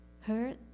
hurt